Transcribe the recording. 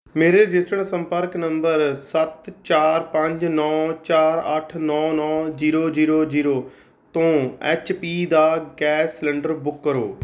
ਮੇਰੇ ਰਜਿਸਟਰਡ ਸੰਪਰਕ ਨੰਬਰ ਸੱਤ ਚਾਰ ਪੰਜ ਨੌ ਚਾਰ ਅੱਠ ਨੌ ਨੌ ਜ਼ੀਰੋ ਜ਼ੀਰੋ ਜ਼ੀਰੋ ਤੋਂ ਐਚ ਪੀ ਦਾ ਗੈਸ ਸਿਲੰਡਰ ਬੁੱਕ ਕਰੋ